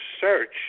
search